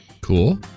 Cool